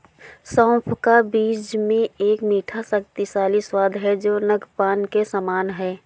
सौंफ का बीज में एक मीठा, शक्तिशाली स्वाद है जो नद्यपान के समान है